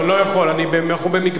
אנחנו במגבלת זמן.